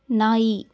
ನಾಯಿ